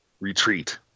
Retreat